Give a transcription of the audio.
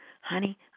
Honey